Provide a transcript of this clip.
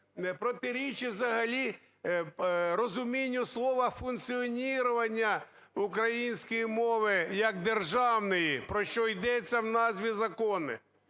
протирічить взагалі розумінню слова функціонування української мови як державної, про що йдеться у назві закону.